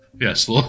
Yes